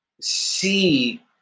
see